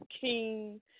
king